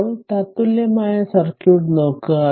ഇപ്പോൾ തത്തുല്യമായ സർക്യൂട്ട് നോക്കുക